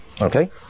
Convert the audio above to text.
Okay